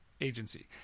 agency